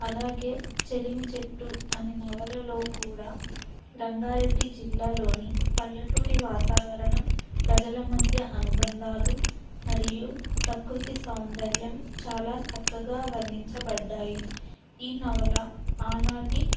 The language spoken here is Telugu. అలాగే చెలిమి చెట్టు అనే నవలలో కూడా రంగారెడ్డి జిల్లాలోని పల్లెటూరి వాతావరణం ప్రజల మధ్య అనుబంధాలు మరియు ప్రకృతి సౌందర్యం చాలా చక్కగా వర్ణించబడ్డాయి ఈ నవల ఆనాటి